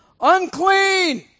unclean